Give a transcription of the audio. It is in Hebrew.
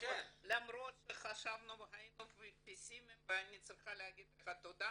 למרות שהיינו פסימיים ואני צריכה להגיד לך תודה